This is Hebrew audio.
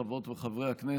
חברות וחברי הכנסת,